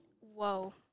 whoa